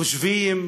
חושבים.